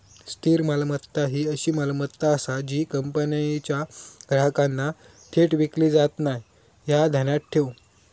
स्थिर मालमत्ता ही अशी मालमत्ता आसा जी कंपनीच्या ग्राहकांना थेट विकली जात नाय, ह्या ध्यानात ठेव